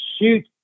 shoot